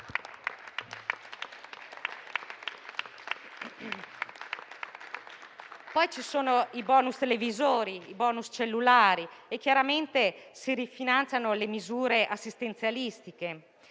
Poi ci sono i *bonus* televisori e i *bonus* cellulari, e si rifinanziano le misure assistenzialistiche: